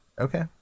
okay